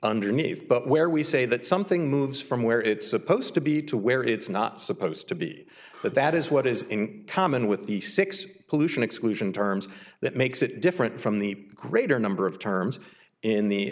underneath but where we say that something moves from where it's supposed to be to where it's not supposed to be but that is what is in common with the six pollution exclusion terms that makes it different from the greater number of terms in the